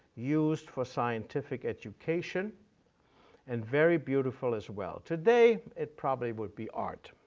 used for scientific education and very beautiful, as well. today, it probably would be art.